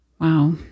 Wow